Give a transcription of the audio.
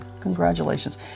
Congratulations